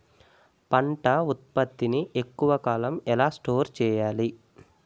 పంట ఉత్పత్తి ని ఎక్కువ కాలం ఎలా స్టోర్ చేయాలి?